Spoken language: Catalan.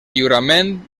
lliurament